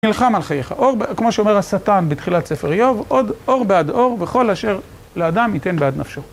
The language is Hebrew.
נלחם על חייך. או, כמו שאומר השטן בתחילת ספר איוב, עוד אור בעד אור, וכל אשר לאדם ייתן בעד נפשו.